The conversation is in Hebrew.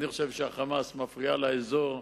אני חושב שה"חמאס" מפריע לאזור,